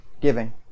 giving